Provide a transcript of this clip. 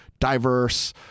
diverse